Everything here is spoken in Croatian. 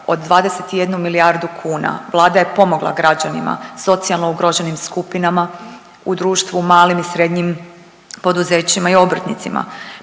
od 21 milijardu kuna, Vlada je pomogla građanima, socijalno ugroženim skupinama, u društvu, malim i srednjim poduzećima i obrtnicima.